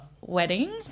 wedding